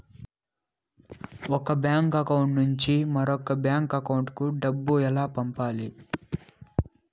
ఒక bank account నుంచి మరొక బ్యాంకు అకౌంట్ కు డబ్బు ఎలా పంపాలి